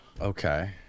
Okay